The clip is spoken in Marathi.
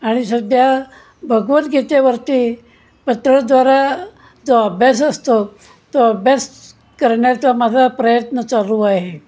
आणि सध्या भगवद्गीतेवरती पत्रद्वारा जो अभ्यास असतो तो अभ्यास करण्याचा माझा प्रयत्न चालू आहे